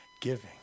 giving